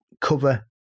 cover